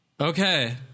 Okay